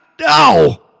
no